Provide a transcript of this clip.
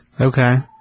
Okay